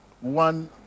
one